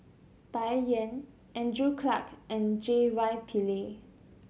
Bai Yan Andrew Clarke and J Y Pillay